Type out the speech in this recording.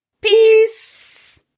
Peace